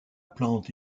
plante